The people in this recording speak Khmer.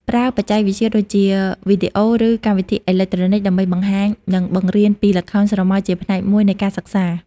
ប្រើបច្ចេកវិទ្យាដូចជា វីដេអូ ឬកម្មវិធីអេឡិចត្រូនិច ដើម្បីបង្ហាញ និងបង្រៀនពីល្ខោនស្រមោលជាផ្នែកមួយនៃការសិក្សា។